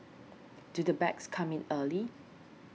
do the bags come in early